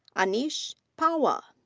anish pahwa.